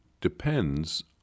depends